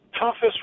toughest